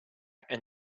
and